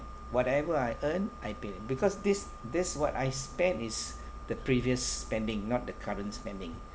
whatever I earn I paid it because this this what I spend it's the previous spending not the current spending